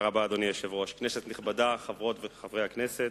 אדוני היושב-ראש, תודה רבה, חברות וחברי הכנסת,